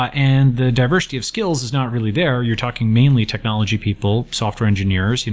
ah and the diversity of skills is not really there. you're talking mainly technology people, software engineers,